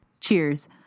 Cheers